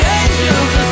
angels